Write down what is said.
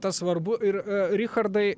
tas svarbu ir richardai